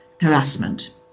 harassment